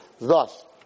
Thus